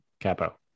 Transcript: capo